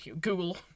Google